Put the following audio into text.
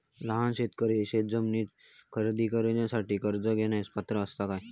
लहान शेतकरी शेतजमीन खरेदी करुच्यासाठी कर्ज घेण्यास पात्र असात काय?